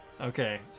Okay